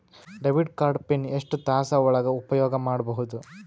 Debit card pin ಎಷ್ಟ ತಾಸ ಒಳಗ ಉಪಯೋಗ ಮಾಡ್ಬಹುದು?